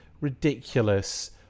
ridiculous